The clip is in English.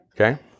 Okay